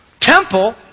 temple